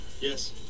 Yes